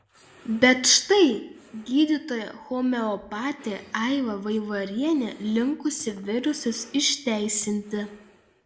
bet štai gydytoja homeopatė aiva vaivarienė linkusi virusus išteisinti